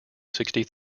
sixty